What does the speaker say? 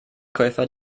käufer